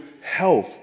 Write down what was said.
health